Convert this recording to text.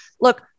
look